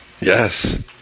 Yes